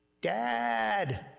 Dad